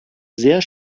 sehr